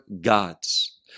gods